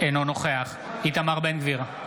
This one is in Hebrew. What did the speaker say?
אינו נוכח איתמר בן גביר,